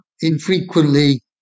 infrequently